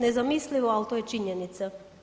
Nezamislivo, ali to je činjenica.